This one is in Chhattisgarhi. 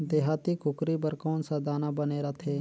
देहाती कुकरी बर कौन सा दाना बने रथे?